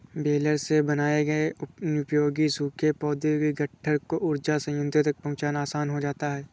baler से बनाए गए अनुपयोगी सूखे पौधों के गट्ठर को ऊर्जा संयन्त्रों तक पहुँचाना आसान हो जाता है